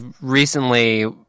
recently